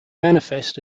manifest